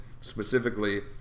specifically